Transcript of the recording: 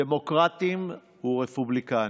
דמוקרטים ורפובליקנים.